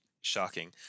shocking